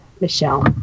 Michelle